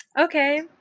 okay